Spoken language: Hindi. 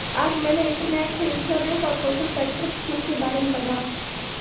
आज मैंने इंटरनेट से इंश्योरेंस और सोशल सेक्टर स्किम के बारे में पढ़ा